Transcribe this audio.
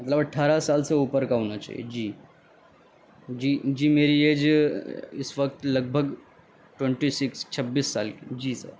مطلب اٹھارہ سال سے اوپر کا ہونا چاہیے جی جی جی میری ایج اس وقت لگ بھگ ٹونٹی سکس چھبیس سال جی سر